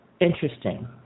interesting